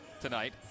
tonight